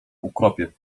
ukropie